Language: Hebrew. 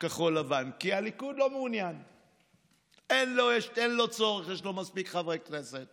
כדי לתת מענה אמיתי לצורכי הרשויות